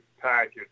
package